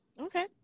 Okay